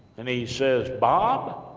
and he says, bob,